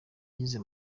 yize